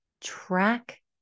Track